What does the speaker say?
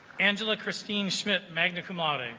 angela christine schmidt magna cum laude